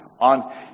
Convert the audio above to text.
on